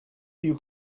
you